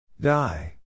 Die